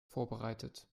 vorbereitet